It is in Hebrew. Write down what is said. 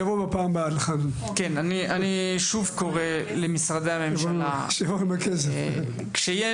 אני שוב קורא למשרדי הממשלה: כשיש